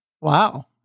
Wow